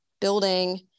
building